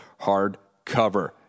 hardcover